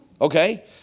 Okay